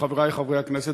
חברי חברי הכנסת,